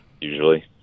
usually